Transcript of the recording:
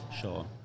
Sure